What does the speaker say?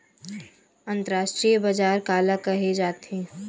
अंतरराष्ट्रीय बजार काला कहे जाथे?